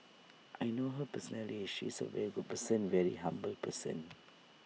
I know her personally she's A very good person very humble person